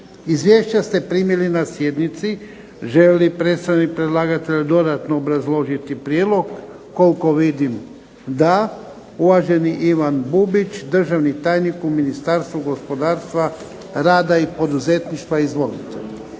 Izvješća ste primili na sjednici. Želi li predstavnik predlagatelja dodatno obrazložiti prijedlog? Koliko vidim da. Uvaženi Ivan Bubić državni tajnik u Ministarstvu gospodarstvu, rada i poduzetništva. Izvolite.